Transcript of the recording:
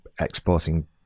exporting